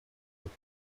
with